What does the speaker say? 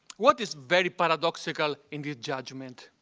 what is very paradoxical in this judgment?